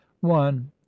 one